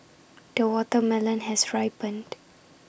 the watermelon has ripened